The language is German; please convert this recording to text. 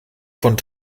von